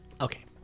Okay